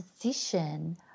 position